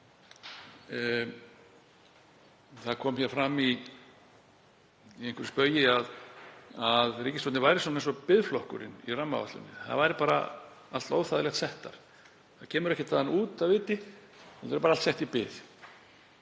Það kom hér fram í einhverju spaugi að ríkisstjórnin væri eins og biðflokkurinn í rammaáætlun, það væri bara allt óþægilegt sett þar. Það kemur ekkert þaðan út af viti, það er bara allt sett í bið.